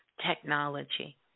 technology